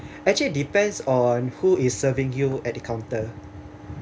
actually depends on who is serving you at the counter